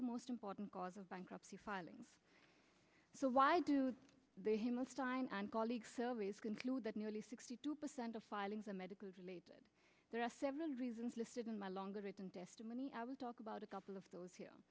the most important cause of bankruptcy filing so why do they himmelstein and colleague surveys conclude that nearly sixty two percent of filings and medical leave it there are several reasons listed in my longer written testimony i will talk about a couple of those here